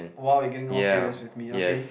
!wow! you getting all serious with me okay